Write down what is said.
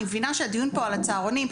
אני מבינה שהדיון פה על הצהרונים,